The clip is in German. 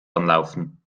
anlaufen